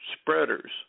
spreaders